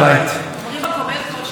עד היום כמובן שיש לי אבטחה.